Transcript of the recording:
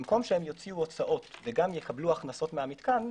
במקום שהם יוציאו הוצאות וגם יקבלו הכנסות מהמתקן,